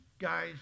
guys